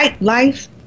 Life